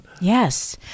Yes